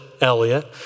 Elliot